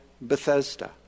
Bethesda